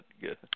good